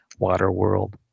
Waterworld